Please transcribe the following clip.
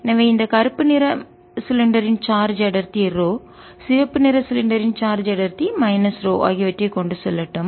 எனவே இந்த கருப்பு நிறம் சிலிண்டர் உருளை இன் சார்ஜ் அடர்த்தி ரோ சிவப்பு நிறம் சிலிண்டர் உருளை இன் சார்ஜ் அடர்த்தி மைனஸ் ரோ ஆகியவற்றைக் கொண்டு செல்லட்டும்